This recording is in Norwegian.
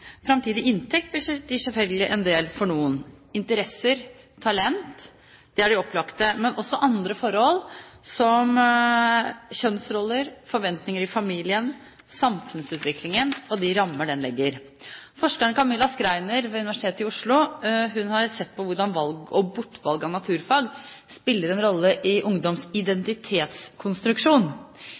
Framtidig inntekt betyr selvfølgelig en del for noen. Det er opplagt at interesser og talent betyr mye, men også andre forhold som kjønnsroller, forventninger i familien, samfunnsutviklingen og de rammer den legger. Forskeren Camilla Schreiner ved Universitetet i Oslo har sett på hvordan valg og bortvalg av naturfag spiller en rolle i ungdoms identitetskonstruksjon.